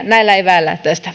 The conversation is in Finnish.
näillä eväillä tästä